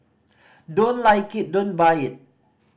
don't like it don't buy it